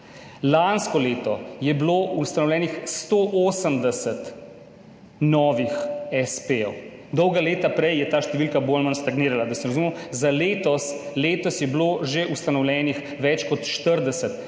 Lansko leto je bilo ustanovljenih 180 novih espejev, dolga leta prej je ta številka bolj ali manj stagnirala, da se razumemo. Letos je bilo ustanovljenih že več kot 40